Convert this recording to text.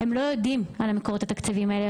הם לא יודעים על המקורות התקציביים האלה,